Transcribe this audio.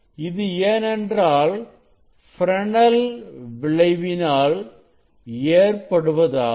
இது ஏனென்றால் ஃப்ரெனெல் விளைவினால் ஏற்படுவதாகும்